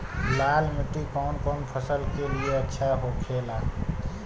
लाल मिट्टी कौन फसल के लिए अच्छा होखे ला?